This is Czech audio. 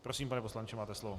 Prosím, pane poslanče, máte slovo.